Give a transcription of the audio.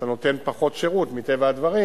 מטבע הדברים